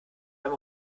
beim